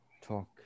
talk